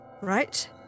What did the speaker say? right